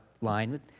line